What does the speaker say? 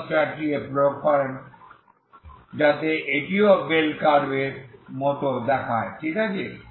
এ প্রয়োগ করুন যাতে এটিও একটি বেল কার্ভ এর মতো দেখায় ঠিক আছে